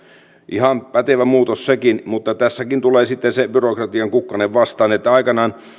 ihan pätevä muutos sekin mutta tässäkin tulee sitten se byrokratian kukkanen vastaan aikoinaan kun